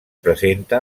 presenta